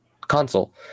console